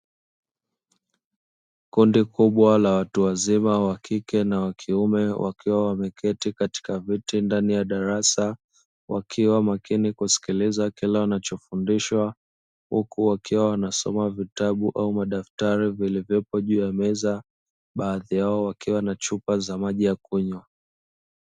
Kundi kubwa la watu wazima, wa kike na wa kiume. Wakiwa wameketi katika viti, ndani ya darasa. Wakiwa makini kusikiliza kila wanachofundishwa, huku wakiwa wanasoma vitabu au madaftari, vilivyopo juu ya meza. Baadhi yao wakiwa na chupa za maji ya kunywa.